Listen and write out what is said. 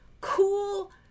cool